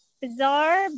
bizarre